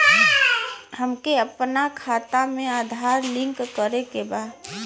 हमके अपना खाता में आधार लिंक करें के बा?